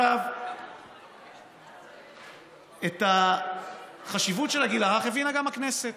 עכשיו, את החשיבות של הגיל הרך הבינה גם הכנסת,